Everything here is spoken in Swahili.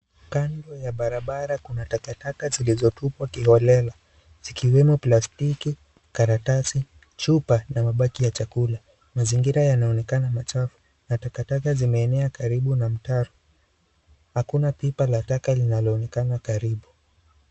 Kando ya barabara kuna takataka zilizotupwa kiholela, zikiwemo plastiki, karatasi, chupa na mabaki ya chakula. Mazingira inaonekana kuna takataka zimeenea karibu na mtaro Hakuna pipa la taka linaloonekana karibu.